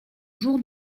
jour